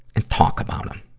and talk about em.